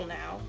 now